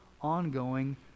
ongoing